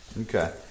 okay